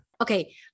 Okay